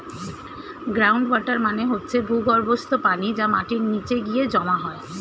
ground water মানে হচ্ছে ভূগর্ভস্থ পানি যা মাটির নিচে গিয়ে জমা হয়